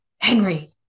Henry